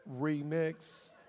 Remix